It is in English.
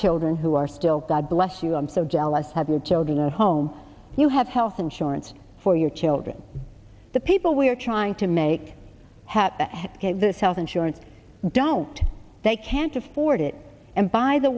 children who are still god bless you i'm so jealous of your children at home you have health insurance for your children the people we're trying to make happen get this health insurance don't they can't afford it and by the